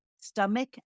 stomach